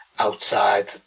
outside